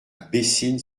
bessines